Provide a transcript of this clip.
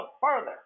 further